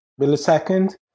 millisecond